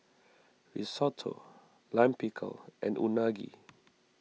Risotto Lime Pickle and Unagi